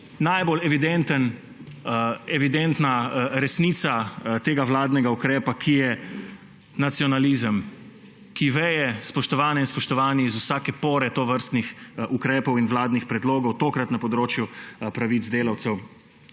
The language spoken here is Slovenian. najbolj evidentna resnica tega vladnega ukrepa, ki je nacionalizem, ki veje, spoštovane in spoštovani, iz vsake pore tovrstnih ukrepov in vladnih predlogov, tokrat na področju pravic delavcev.